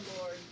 Lord